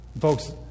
Folks